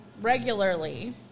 regularly